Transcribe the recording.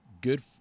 good